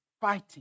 fighting